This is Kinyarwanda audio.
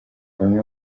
bamwe